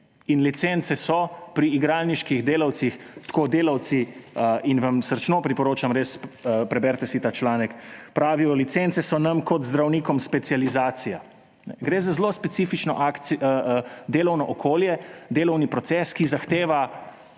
In licence so pri igralniških delavcih, tako delavci – in vam srčno priporočam res, preberite si ta članek – pravijo: »Licence so nam kot zdravnikom specializacija.« Gre za zelo specifično delovno okolje, delovni proces, ki zahteva